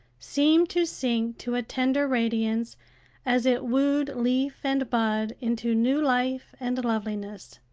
seemed to sink to a tender radiance as it wooed leaf and bud into new life and loveliness.